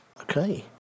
Okay